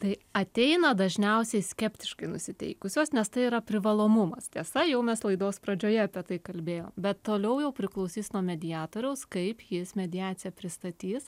tai ateina dažniausiai skeptiškai nusiteikusios nes tai yra privalomumas tiesa jau mes laidos pradžioje apie tai kalbėjo bet toliau jau priklausys nuo mediatoriaus kaip jis mediaciją pristatys